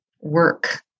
work